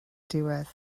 diwedd